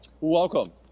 Welcome